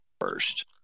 first